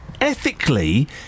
ethically